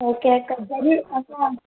okay అక్కా జరి అక్కా